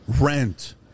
rent